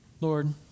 Lord